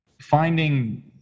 finding